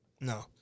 No